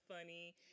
funny